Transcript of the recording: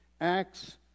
Acts